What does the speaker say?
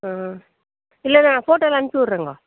ஆ இல்லை நான் ஃபோட்டோவெல்லாம் அனுப்பிவிட்றேங்கோ